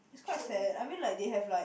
is quite sad I mean like they have like